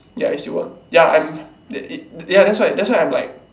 ya he still won I'm ya that's why that's why I'm like